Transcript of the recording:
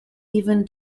even